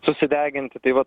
susideginti tai va